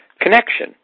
Connection